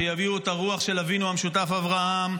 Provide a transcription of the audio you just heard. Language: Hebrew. שיביאו את הרוח של אבינו המשותף אברהם,